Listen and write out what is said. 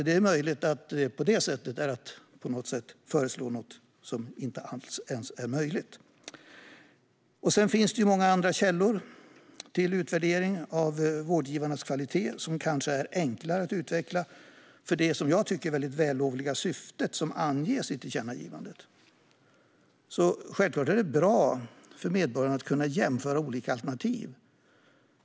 Det är möjligt att detta innebär att man föreslår något som inte ens är möjligt. Det finns också många andra källor till utvärdering av vårdgivares kvalitet som kanske är enklare att utveckla för det, i mitt tycke, mycket vällovliga syfte som anges i förslaget till tillkännagivande. Det är självklart bra för medborgarna att kunna jämföra olika alternativ.